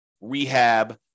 rehab